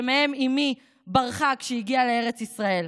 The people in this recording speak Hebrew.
שמהם אימי ברחה כשהגיעה לארץ ישראל.